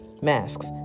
Masks